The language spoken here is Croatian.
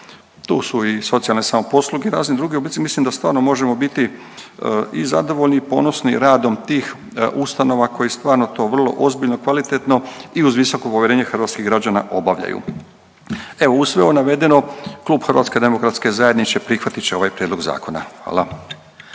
Tu su i socijalne samoposluge i razni drugi oblici. Mislim da stvarno možemo biti i zadovoljni i ponosni radom tih ustanova koji stvarno to vrlo ozbiljno, kvalitetno i uz visoko povjerenje hrvatskih građana obavljaju. Evo uz sve ovo navedeno klub Hrvatske demokratske zajednice prihvatit će ovaj prijedlog zakona. Hvala.